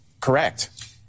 correct